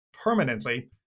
permanently